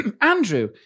Andrew